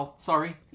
sorry